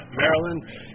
Maryland